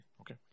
Okay